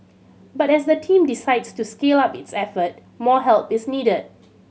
but as the team decides to scale up its effort more help is needed